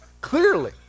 clearly